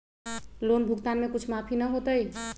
Loan भुगतान में कुछ माफी न होतई?